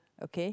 okay